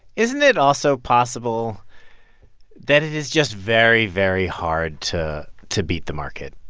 isn't it also possible that it is just very, very hard to to beat the market?